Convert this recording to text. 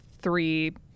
three